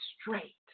straight